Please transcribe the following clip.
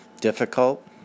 Difficult